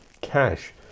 cash